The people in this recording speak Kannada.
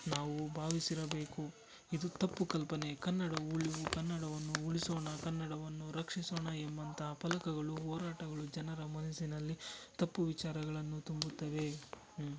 ನಾವೂ ಭಾವಿಸಿರಬೇಕು ಇದು ತಪ್ಪು ಕಲ್ಪನೆ ಕನ್ನಡ ಉಳಿವು ಕನ್ನಡವನ್ನು ಉಳಿಸೋಣ ಕನ್ನಡವನ್ನು ರಕ್ಷಿಸೋಣ ಎಂಬಂಥ ಫಲಕಗಳು ಹೋರಾಟಗಳು ಜನರ ಮನಸ್ಸಿನಲ್ಲಿ ತಪ್ಪು ವಿಚಾರಗಳನ್ನು ತುಂಬುತ್ತವೆ ಹ್ಞೂ